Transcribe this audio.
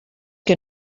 que